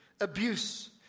abuse